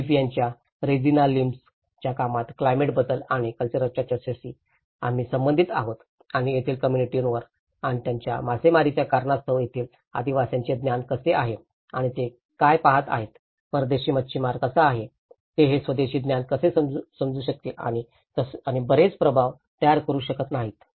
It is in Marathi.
फिलिपाईन्सच्या रेजिना लिम्स च्या कामात क्लायमेट बदल आणि कल्चरच्या चर्चेशी आम्ही संबंधित आहोत आणि तेथील कॉम्युनिटीावर आणि त्यांच्या मासेमारीच्या कारणास्तव तेथील आदिवासींचे ज्ञान कसे आहे आणि ते काय पहात आहेत परदेशी मच्छीमार कसा आहे ते हे स्वदेशी ज्ञान कसे समजू शकतील आणि बरेच प्रभाव तयार करु शकत नाहीत